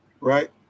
Right